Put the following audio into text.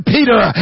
Peter